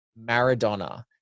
Maradona